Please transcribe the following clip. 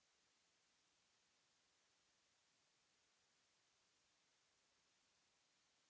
...